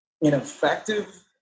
ineffective